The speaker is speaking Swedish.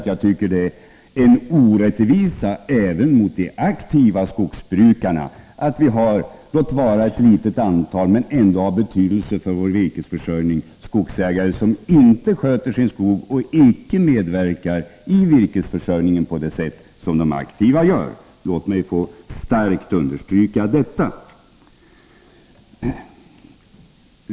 Jag tycker att det är en orättvisa även mot de aktiva skogsbrukarna att vi har skogsägare — låt vara att det är ett litet antal; det är ändå av betydelse för vår virkesförsörjning —som inte sköter sin skog och icke medverkar i virkesförsörjningen på det sätt som de aktiva gör. Jag vill starkt understryka detta.